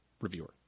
reviewer